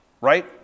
Right